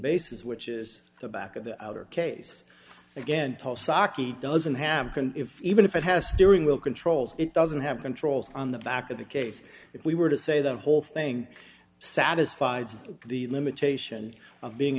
bases which is the back of the outer case again tall saki doesn't have can if even if it has steering wheel controls it doesn't have controls on the back of the case if we were to say the whole thing satisfied the limitation of being